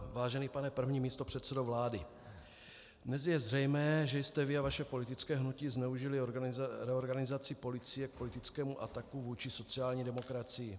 Vážený pane první místopředsedo vlády, dnes je zřejmé, že jste vy a vaše politické hnutí zneužili reorganizaci policie k politickému ataku vůči sociální demokracii.